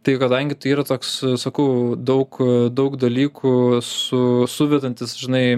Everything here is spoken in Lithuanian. tai kadangi tai yra toks sakau daug daug dalykų su suvedantis žinai